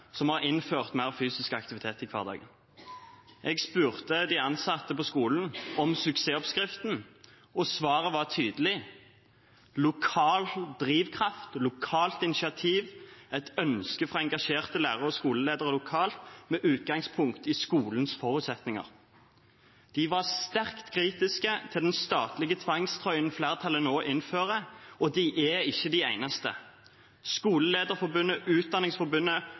som har innført mer fysisk aktivitet i hverdagen. Jeg spurte de ansatte på skolen om suksessoppskriften, og svaret var tydelig: lokal drivkraft, lokalt initiativ, et ønske fra engasjerte lærere og skoleledere lokalt, med utgangspunkt i skolens forutsetninger. De var sterkt kritiske til den statlige tvangstrøyen flertallet nå innfører, og de er ikke de eneste. Skolelederforbundet, Utdanningsforbundet,